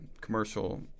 commercial